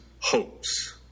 hopes